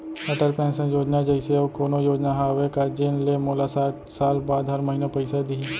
Atal pension Yojana जइसे अऊ कोनो योजना हावे का जेन ले मोला साठ साल बाद हर महीना पइसा दिही?